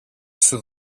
σου